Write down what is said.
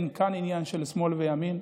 אין כאן עניין של שמאל ימין,